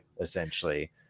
essentially